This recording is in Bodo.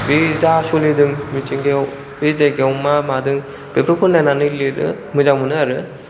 बे जा सोलिदों मिथिंगायाव बे जायगायाव मा मादों बेफोरखौ नायनानै लिरो मोजां मोनो आरो